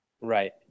Right